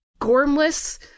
gormless